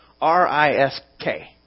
R-I-S-K